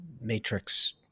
matrix